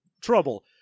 trouble